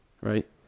right